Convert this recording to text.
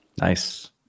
Nice